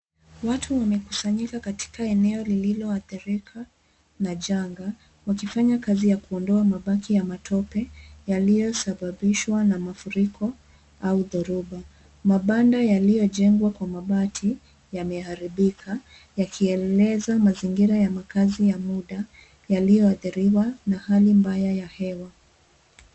Watu wamekusanyika katika eneo lililoathirika na janga wakifanya kazi ya kuondoa mabaki ya matope yaliyosababishwa na mafuriko au dhoruba. Mabanda yaliyojengwa kwa mabati yameharibika yakieleza mazingira ya makazi ya muda, yaliyoathiriwa na hali mbaya ya hewa.